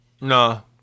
No